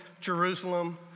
Jerusalem